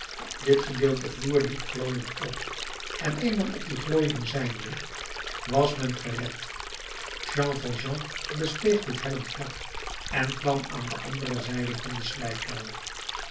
dit gedeelte vloer liep glooiend op en eenmaal op die glooiing zijnde was men gered jean valjean besteeg dit hellend vlak en kwam aan de andere zijde van den slijkkuil